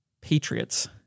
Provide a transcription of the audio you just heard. Patriots